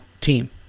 team